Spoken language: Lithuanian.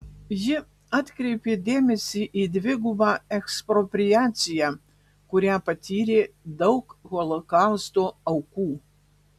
ji atkreipė dėmesį į dvigubą ekspropriaciją kurią patyrė daug holokausto aukų